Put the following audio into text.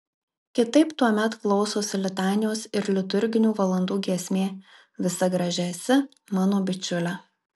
kitaip tuomet klausosi litanijos ir liturginių valandų giesmė visa graži esi mano bičiule